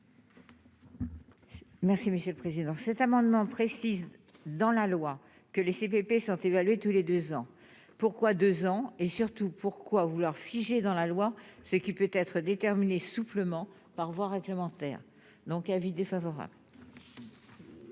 Merci monsieur le président, cet amendement précise dans la loi que les CPP sont évalués tous les 2 ans, pourquoi 2 ans et surtout pourquoi vouloir figer dans la loi ce qui peut être déterminée souplement par voie réglementaire, donc avis défavorable.